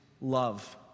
love